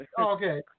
Okay